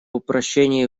упрочении